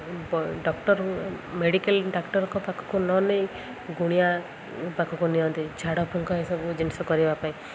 doctor medical ଡ଼ାକ୍ଟରଙ୍କ ପାଖକୁ ନ ନେଇ ଗୁଣିଆ ପାଖକୁ ନିଅନ୍ତି ଝାଡ଼ ଫୁଙ୍କ ଏସବୁ ଜିନିଷ କରିବା ପାଇଁ